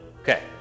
Okay